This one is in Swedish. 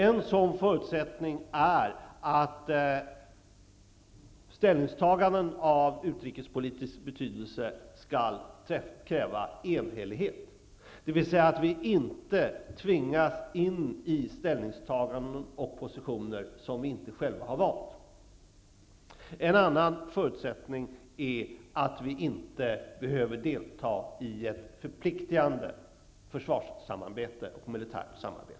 En sådan förutsättning är att ställningstaganden av utrikespolitisk betydelse skall kräva enhällighet, dvs. att vi inte tvingas in i ställningstaganden och positioner som vi inte själva har valt. En annan förutsättning är att vi inte behöver delta i ett förpliktigande försvarssamarbete och militärt samarbete.